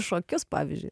šokius pavyzdžiui